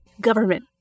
Government